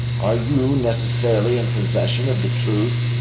are you necessarily in possession of the truth?